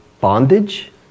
bondage